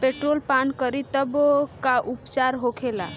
Petrol पान करी तब का उपचार होखेला?